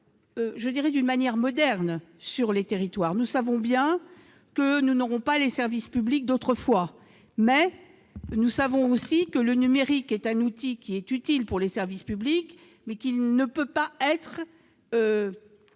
présents d'une manière moderne sur les territoires. Nous savons bien que nous ne disposerons pas des services publics d'autrefois. Nous savons aussi que le numérique est un outil utile pour les services publics, mais que ceux-ci ne